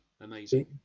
Amazing